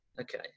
okay